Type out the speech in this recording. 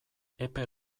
epe